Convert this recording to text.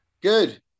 Good